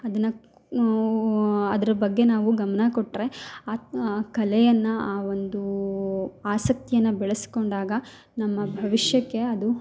ಅದನ್ನ ಅದ್ರ ಬಗ್ಗೆ ನಾವು ಗಮನ ಕೊಟ್ಟರೆ ಆ ಕಲೆಯನ್ನ ಆ ಒಂದು ಆಸಕ್ತಿಯನ್ನ ಬೆಳೆಸ್ಕೊಂಡಾಗ ನಮ್ಮ ಭವಿಷ್ಯಕ್ಕೆ ಅದು